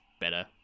better